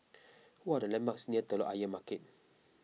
what are the landmarks near Telok Ayer Market